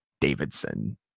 Davidson